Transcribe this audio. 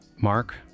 Mark